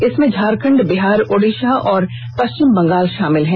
इसमें झारखण्ड बिहार ओडिसा और पश्चिम बंगाल शामिल हैं